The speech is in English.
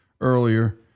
earlier